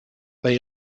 they